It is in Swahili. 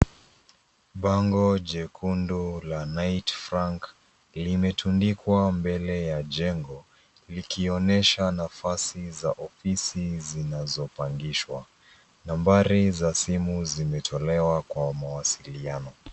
Bango jekundu la Knight Frank limetundikwa mbele ya jengo likionyesha nafasi za ofisi zinazopangishwa. Nambari za simu zinatolewa kwa mawasiliano.